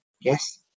yes